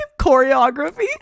choreography